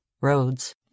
roads